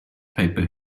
paper